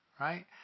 right